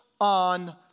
on